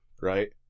right